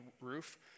roof